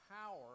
power